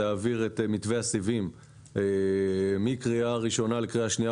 להעביר את מתווה הסיבים מקריאה ראשונה לקריאה שנייה